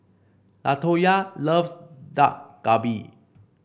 Latoya loves Dak Galbi